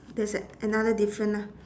there's a~ another different ah